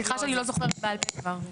סליחה שאני לא זוכרת בעל פה כבר?